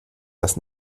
dass